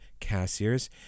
Cassiers